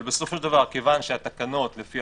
אבל בסופו של דבר כיוון שהתקנות לפי